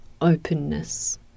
openness